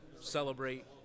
celebrate